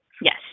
Yes